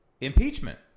impeachment